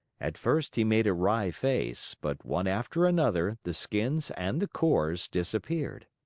at first he made a wry face, but, one after another, the skins and the cores disappeared.